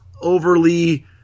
overly